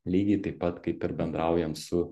lygiai taip pat kaip ir bendraujam su